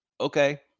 Okay